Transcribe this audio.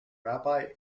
rabbi